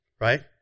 right